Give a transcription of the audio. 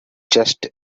just